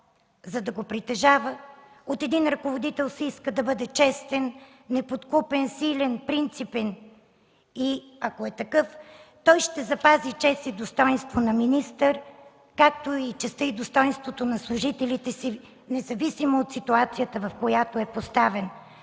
За да го притежава, от един ръководител се иска да бъде честен, неподкупен, силен, принципен и ако е такъв, той ще запази чест и достойнство на министър, както и честта, и достойнството на служителите си, независимо от ситуацията в която е поставен.